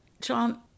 John